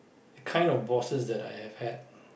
the kind of bosses that I've have had